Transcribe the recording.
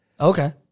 Okay